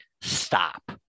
Stop